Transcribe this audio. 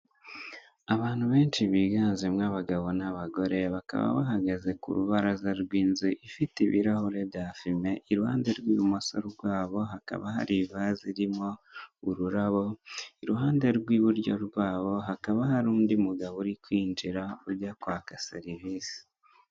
Abantu benshi biganjemo abagabo n'abagore, bakaba bahagaze ku rubaraza rw'inzu ifite ibirahure bya fime, iruhande rw'ibumoso rwabo hakaba hari ivaze irimo ururabo, iruhande rw'iburyo rwabo hakaba hari undi mugabo uri kwinjira, ujya kwaka serivisi.